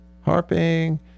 Harping